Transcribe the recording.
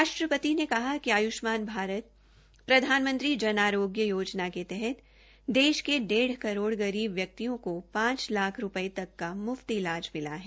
राष्ट्रपति ने कहा कि आयषमान भारत प्रधानमंत्री जन अरोग्य योजना के तहत देश के डेढ़ करोड़ गरीब व्यक्तियों को पांच लाख रूपये तक म्फ्त इलाज मिला है